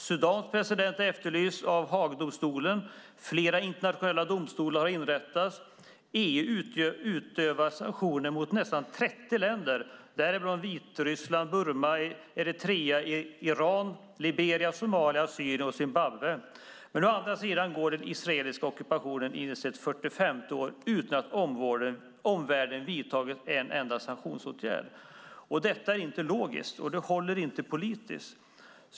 Sudans president är efterlyst av Haagdomstolen. Flera internationella domstolar har inrättats. EU utövar sanktioner mot nästan 30 länder, däribland Vitryssland, Burma, Eritrea, Iran, Liberia, Somalia, Syrien och Zimbabwe. Å andra sidan går den israeliska ockupationen in på sitt 45:e år utan att omvärlden vidtagit en enda sanktionsåtgärd. Detta är inte logiskt. Det håller inte politiskt.